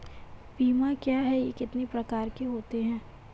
बीमा क्या है यह कितने प्रकार के होते हैं?